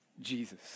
Jesus